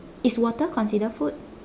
is water considered food